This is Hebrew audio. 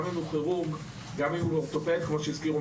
גם אם הם כירורגים או אורתופדים,